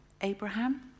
abraham